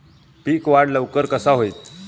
पीक वाढ लवकर कसा होईत?